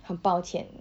很抱歉